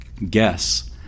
guess